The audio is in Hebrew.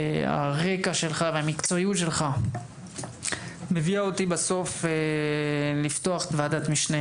הרקע שלך והמקצועיות שלך הביאה אותי בסוף לפתוח את ועדת המשנה